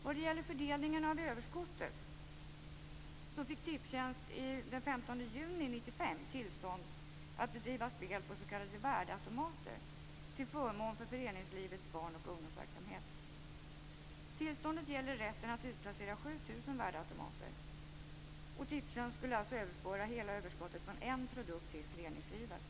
Vad gäller fördelningen av överskottet fick Tipstjänst den 15 juni 1995 tillstånd att bedriva spel på s.k. värdeautomater till förmån för föreningslivets barn och ungdomsverksamhet. Tillståndet gäller rätten att utplacera 7 000 värdeautomater. Tipstjänst skulle alltså överföra hela överskottet från en produkt till föreningslivet.